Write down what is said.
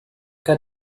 cas